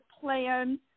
plan